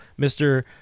Mr